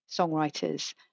songwriters